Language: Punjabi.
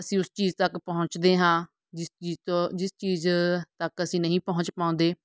ਅਸੀਂ ਉਸ ਚੀਜ਼ ਤੱਕ ਪਹੁੰਚਦੇ ਹਾਂ ਜਿਸ ਚੀਜ਼ ਤੋਂ ਜਿਸ ਚੀਜ਼ ਤੱਕ ਅਸੀਂ ਨਹੀਂ ਪਹੁੰਚ ਪਾਉਂਦੇ